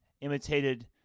imitated